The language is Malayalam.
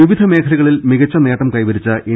വിവിധ മേഖലകളിൽ മികച്ച നേട്ടം കൈവരിച്ച എൻ